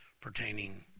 pertaining